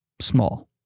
small